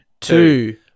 two